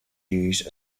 used